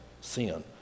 sin